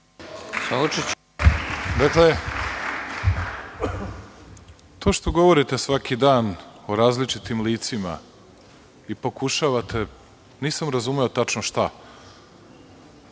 To što govorite svaki dan o različitim licima, i pokušavate, nisam razumeo tačno šta,